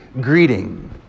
greeting